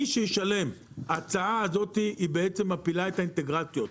ההצעה הזאת בעצם מציעה את האינטגרציות,